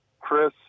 Chris